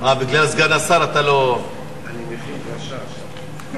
בגלל סגן השר אתה לא, אני מכין דרשה עכשיו.